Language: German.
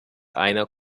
einer